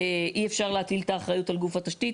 אי אפשר להטיל את האחריות על גוף התשתית.